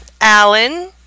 alan